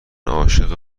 عاشق